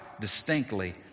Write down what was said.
distinctly